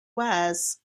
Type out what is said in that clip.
wears